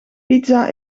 pizza